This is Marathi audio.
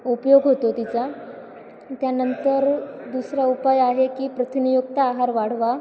उपयोग होतो तिचा त्यानंतर दुसरा उपाय आहे की प्रथिनयुक्त आहार वाढवा